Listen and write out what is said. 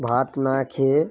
ভাত না খেয়ে